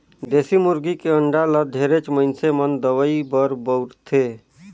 देसी मुरगी के अंडा ल ढेरेच मइनसे मन दवई बर बउरथे